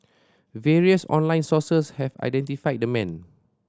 various online sources have identified the man